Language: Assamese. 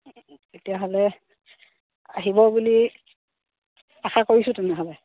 তেতিয়াহ'লে আহিব বুলি আশা কৰিছোঁ তেনেহ'লে